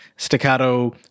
staccato